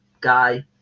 guy